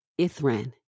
Ithran